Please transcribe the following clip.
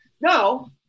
Now